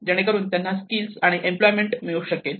जेणेकरून त्यांना स्किल आणि एम्प्लॉयमेंट मिळू शकेल